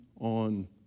on